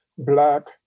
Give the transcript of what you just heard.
Black